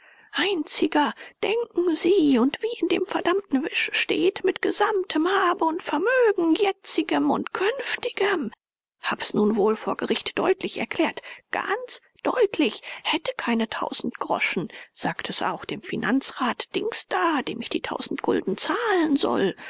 einziger denken sie und wie in dem verdammten wisch steht mit gesamtem habe und vermögen jetzigem und künftigem hab's nun wohl vor gericht deutlich erklärt ganz deutlich hätte keine tausend groschen sagt es auch dem finanzrat dings da dem ich die tausend gulden zahlen soll